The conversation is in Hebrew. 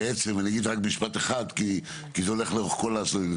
אני רק משפט אחד כי זה הולך לאורך כל העשורים.